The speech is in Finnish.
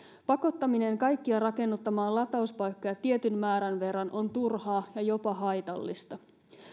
pakottaminen kaikkia rakennuttamaan latauspaikkoja tietyn määrän verran on turhaa ja jopa haitallista